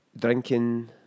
drinking